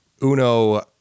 uno